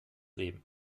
leben